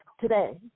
today